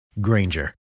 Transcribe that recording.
Granger